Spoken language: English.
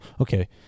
okay